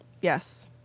Yes